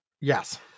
Yes